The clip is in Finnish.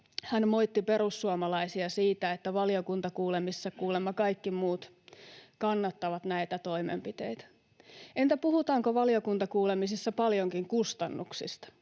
hän moitti perussuomalaisia siitä, että valiokuntakuulemisessa kuulemma kaikki muut kannattavat näitä toimenpiteitä. Entä puhutaanko valiokuntakuulemisissa paljonkin kustannuksista?